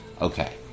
Okay